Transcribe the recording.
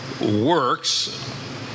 works